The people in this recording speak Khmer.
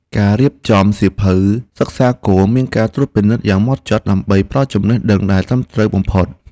ការរៀបចំសៀវភៅសិក្សាគោលមានការត្រួតពិនិត្យយ៉ាងហ្មត់ចត់ដើម្បីផ្តល់ចំណេះដឹងដែលត្រឹមត្រូវបំផុត។